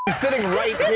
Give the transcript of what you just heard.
sitting right